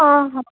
অঁ